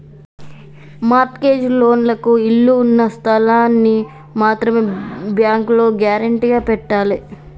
mart gauge లోన్లకు ఇళ్ళు ఉన్న స్థలాల్ని మాత్రమే బ్యేంకులో గ్యేరంటీగా పెట్టాలే